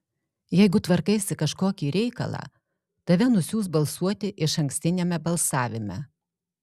jeigu tvarkaisi kažkokį reikalą tave nusiųs balsuoti išankstiniame balsavime